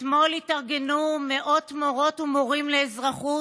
אתמול התארגנו מאות מורות ומורים לאזרחות,